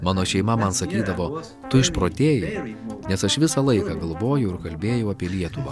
mano šeima man sakydavo tu išprotėjai nes aš visą laiką galvojau ir kalbėjau apie lietuvą